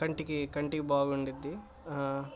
కంటికి కంటికి బాగుండుద్ధి